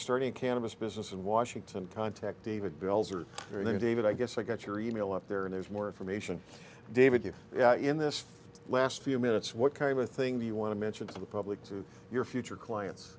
starting cannabis business in washington contact david bill's or your david i guess i got your e mail up there and there's more information david you in this last few minutes what kind of a thing do you want to mention to the public to your future clients